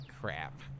Crap